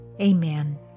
Amen